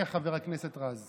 אתה טועה, חבר הכנסת רז.